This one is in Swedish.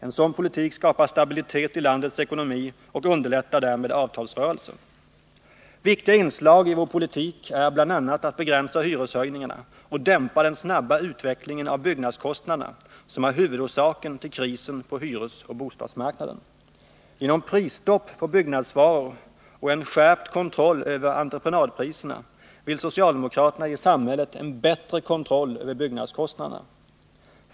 En sådan politik skapar stabilitet i landets ekonomi och underlättar därmed avtalsrörelsen. Viktiga inslag i vår politik är bl.a. att begränsa hyreshöjningarna och dämpa den snabba utvecklingen av byggnadskostnaderna, som är huvudorsaken till krisen på hyresoch bostadsmarknaden. Genom prisstopp på byggnadsvaror och en skärpt kontroll över entreprenadpriserna vill socialdemokraterna ge samhället en bättre kontroll över byggnadskostnaderna.